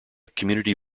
community